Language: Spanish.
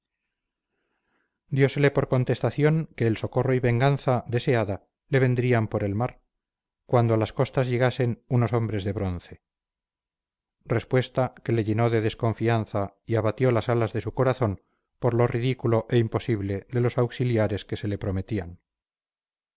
diósele por contestación que el socorro y venganza deseada le vendrían por el mar cuando a las costas llegasen unos hombres de bronce respuesta que le llenó de desconfianza y abatió las alas de su corazón por lo ridículo e imposible de los auxiliares que se le prometían